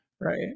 right